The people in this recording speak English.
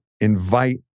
invite